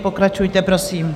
Pokračujte prosím.